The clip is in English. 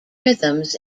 rhythms